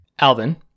Alvin